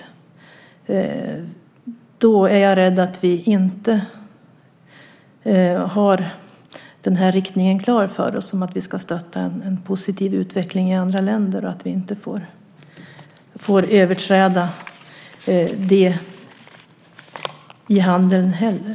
Jag är rädd att vi då inte har den här riktningen klar för oss att vi ska stötta en positiv utveckling i andra länder och att vi inte får överträda det i handeln heller.